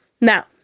Now